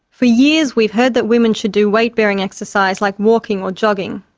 for years we've heard that women should do weight bearing exercise like walking or jogging.